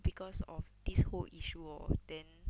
because of this whole issue hor then